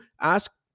ask